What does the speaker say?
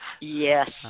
Yes